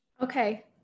Okay